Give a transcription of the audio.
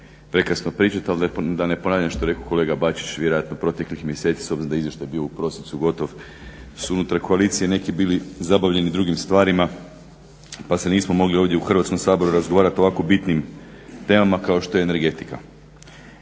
prekasno pričati ali da ne ponavljam što je rekao kolega Bačić, vjerojatno proteklih mjeseci s obzirom da je izvještaj bio u prosincu gotov su unutar koalicije neki bili zabavljeni drugim stvarima pa se nismo mogli ovdje u Hrvatskom saboru razgovarati o ovako bitnim temama kao što je energetika.